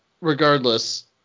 regardless